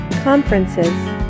conferences